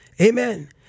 Amen